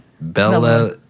Bella